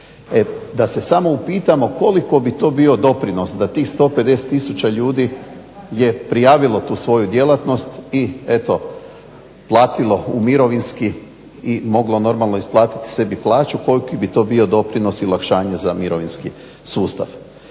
da se samo upitamo koliko bi to bio doprinos da tih 150 tisuća ljudi je prijavilo tu svoju djelatnost i eto platilo u mirovinski i moglo normalno isplatiti sebi plaću koliki bi to bio doprinos i olakšanje za mirovinski sustav.